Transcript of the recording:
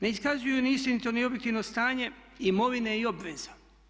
Ne iskazuju ni istinito ni objektivno stanje imovine i obaveza.